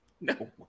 No